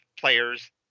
players